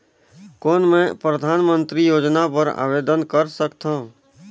कौन मैं परधानमंतरी योजना बर आवेदन कर सकथव?